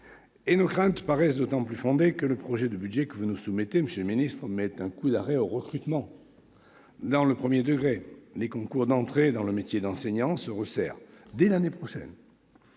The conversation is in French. Nos craintes paraissent d'autant plus fondées que le projet de budget que vous nous soumettez, monsieur le ministre, porte un coup d'arrêt au recrutement dans le premier degré. Le nombre de postes ouverts aux concours d'entrée dans le métier d'enseignant se resserre dès l'année prochaine.